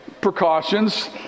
precautions